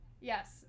Yes